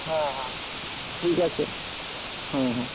হ্যাঁ হ্যাঁ ঠিক আছে হুম হুম